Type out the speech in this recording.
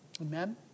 amen